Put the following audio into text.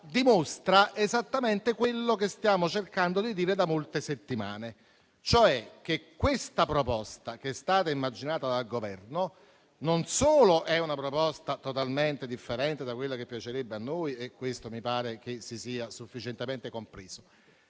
dimostra esattamente quello che stiamo cercando di dire da molte settimane, cioè che tale proposta, che è stata immaginata dal Governo, non solo è totalmente differente da quella che piacerebbe a noi - questo mi pare che si sia sufficientemente compreso